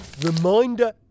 Reminder